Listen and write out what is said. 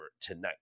tonight